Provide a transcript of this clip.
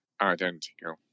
identical